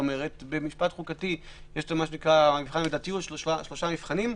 במשפט חוקתי יש את מבחן המידתיות שיש לו שלושה מבחנים.